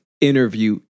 interview